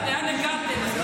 אבל לא, אתה צריך להגיד לו: